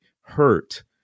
hurt